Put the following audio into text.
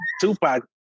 Tupac